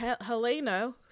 Helena